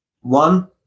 one